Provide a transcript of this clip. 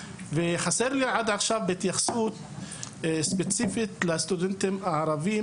וחסרה לי עד עכשיו התייחסות ספציפית לסטודנטים הערבים,